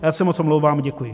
Já se moc omlouvám a děkuji.